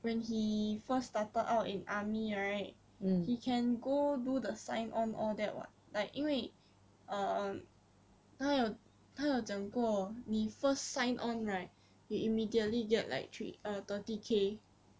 when he first started out in army right he can go do the sign on all that what like 因为 um 他有他有讲过你 first sign on right you immediately get like three uh thirty K